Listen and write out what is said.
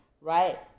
right